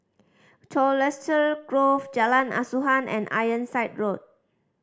Colchester Grove Jalan Asuhan and Ironside Road